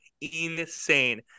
insane